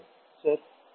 ছাত্র ছাত্রীঃস্যার